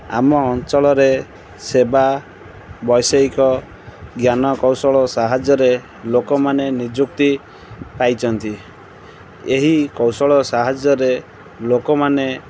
ଆମ ଅଞ୍ଚଳରେ ସେବା ବୈଷୟିକ ଜ୍ଞାନ କୌଶଳ ସାହାଯ୍ୟରେ ଲୋକମାନେ ନିଯୁକ୍ତି ପାଇଛନ୍ତି ଏହି କୌଶଳ ସାହାଯ୍ୟରେ ଲୋକମାନେ